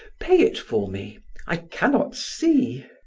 pay it for me i cannot see.